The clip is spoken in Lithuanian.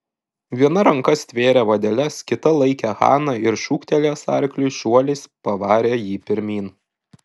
viena ranka stvėrė vadeles kita laikė haną ir šūktelėjęs arkliui šuoliais pavarė jį pirmyn